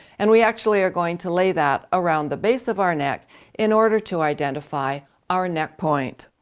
and we actually are going to lay that around the base of our neck in order to identify our neck point.